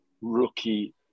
rookie